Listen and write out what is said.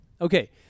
Okay